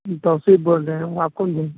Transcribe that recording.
ہم توصیف بول رہے ہیں آپ کون بول رہے